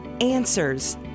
answers